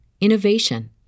innovation